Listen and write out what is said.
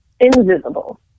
invisible